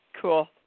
Cool